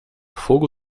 fogo